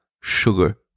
sugar